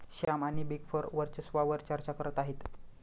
श्याम आणि big four वर्चस्वावार चर्चा करत आहेत